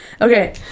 Okay